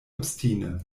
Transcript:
obstine